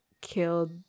killed